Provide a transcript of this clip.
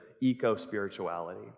eco-spirituality